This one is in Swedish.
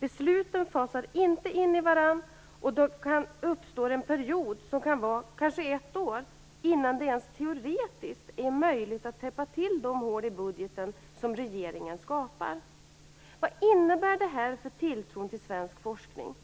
Besluten fasar inte in i varandra, och det uppstår en period som kan vara kanske ett år innan det ens teoretiskt är möjligt att täppa till de hål i budgeten som regeringen skapar. Vad innebär det här för tilltron till svensk forskning?